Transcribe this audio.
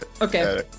okay